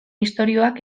istorioak